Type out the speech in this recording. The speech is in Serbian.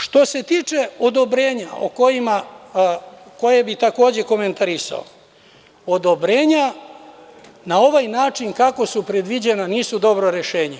Što se tiče odobrenja koje bi takođe komentarisao, odobrenja na ovaj način kako su predviđena nisu dobro rešenje.